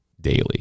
daily